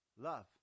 Love